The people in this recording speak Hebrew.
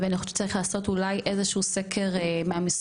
ואני חושבת שצריך לעשות אולי איזה שהוא סקר מהמשרד,